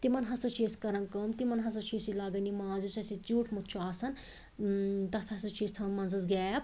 تِمَن ہَسا چھِ أسۍ کران کٲم تِمن ہَسا چھِ أسۍ یہِ لاگان یہِ ماز یُس اسہِ یہِ ژیٛوٹمُت چھُ آسان تتھ ہَسا چھِ أسۍ تھاوان مَنزَس گیپ